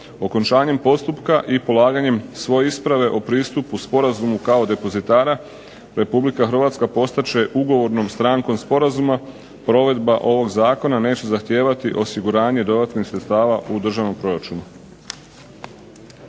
Okončanjem postupka i polaganjem svoje isprave o pristupu sporazumu kao depozitara Republika Hrvatska postat će ugovornom strankom sporazuma. Provedba ovog zakona neće zahtijevati osiguranje dodatnih sredstava u državnom proračunu.